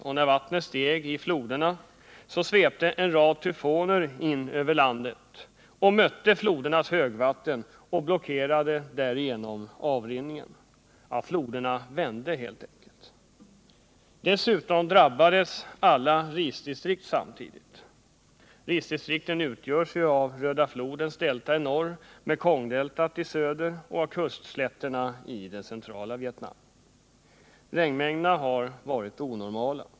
När vattnet steg i floderna svepte en rad tyfoner in över landet, mötte flodernas högvatten och blockerade därigenom avrinningen. Floderna vände, helt enkelt. Dessutom drabbades alla risdistrikt samtidigt. Risdistrikten utgörs av Röda flodens delta i norr, av Mekongflodens delta i söder och av kustslätterna i centrala Vietnam. Regnmängderna har varit onormala.